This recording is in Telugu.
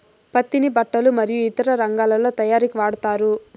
పత్తిని బట్టలు మరియు ఇతర రంగాలలో తయారీకి వాడతారు